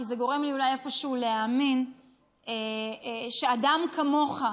כי זה גורם לי אולי איפשהו להאמין שאדם כמוך,